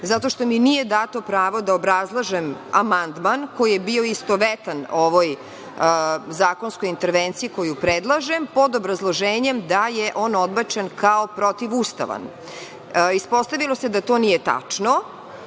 jer mi nije dato pravo da obrazlažem amandman koji je bio istovetan ovoj zakonskoj intervenciji koju predlažem, a pod obrazloženjem da je on odbačen kao protivustavan. Ispostavilo se da to nije tačno